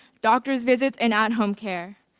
doctor's visits, and at home care.